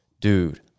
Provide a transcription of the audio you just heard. dude